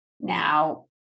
Now